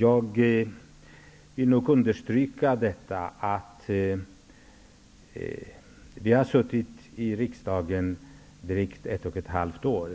Jag vill nog understryka att vårt parti har varit med i riksdagen i bara drygt ett och ett halvt år